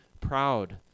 proud